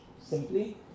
simply